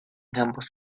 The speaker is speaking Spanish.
ambos